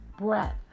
breath